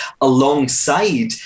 alongside